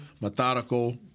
methodical